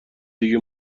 دیگه